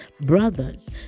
brothers